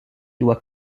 doit